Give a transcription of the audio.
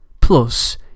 Plus